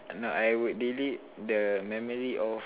no I would delete the memory of